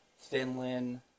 Finland